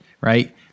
right